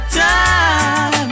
time